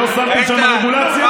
לא שמתם שם רגולציה,